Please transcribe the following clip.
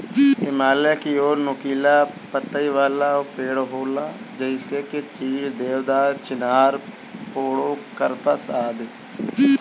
हिमालय की ओर नुकीला पतइ वाला पेड़ होला जइसे की चीड़, देवदार, चिनार, पोड़ोकार्पस आदि